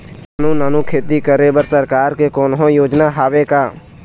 नानू नानू खेती करे बर सरकार के कोन्हो योजना हावे का?